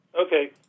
Okay